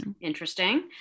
Interesting